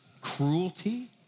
cruelty